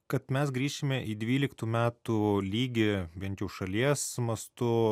kad mes grįšime į dvyliktų metų lygį bent jau šalies mastu